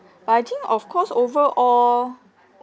but I think of course overall